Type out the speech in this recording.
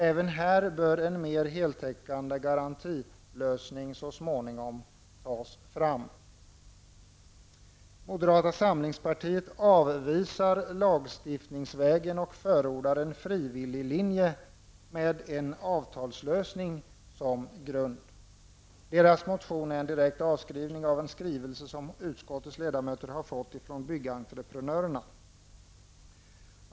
Även här bör en mer heltäckande garantilösning så småningom tas fram. Moderata samlingspartiet avvisar lagstiftningsvägen och förordar en frivilliglinje med en avtalslösning som grund. Deras motion är en direkt avskrift av en skrivelse som utskottets ledamöter fått från Byggentreprenörerna.